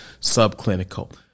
subclinical